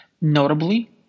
Notably